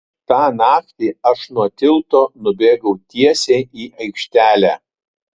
tą naktį aš nuo tilto nubėgau tiesiai į aikštelę